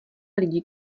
lidí